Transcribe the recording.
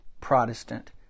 Protestant